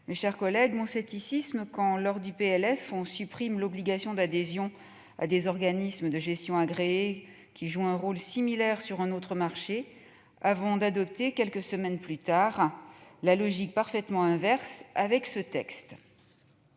mes chers collègues, mon scepticisme quand, lors du PLF, on supprime l'obligation d'adhésion à des organismes de gestion agréés, qui jouent un rôle similaire sur un autre marché, avant d'adopter quelques semaines plus tard la logique parfaitement inverse avec ce texte.